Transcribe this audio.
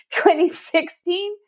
2016